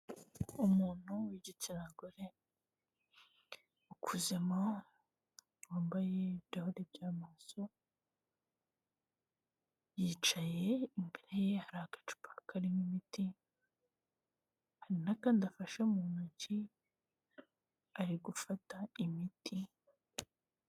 Umuntu w'igitsina gore ukuzemo, wambaye ibirahure by'amaso, yicaye imbere ye hari agacupa karimo imiti hari n'akandi afashe mu ntoki ari gufata imiti.